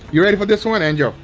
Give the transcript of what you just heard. you ready for this one angel?